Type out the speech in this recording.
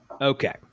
Okay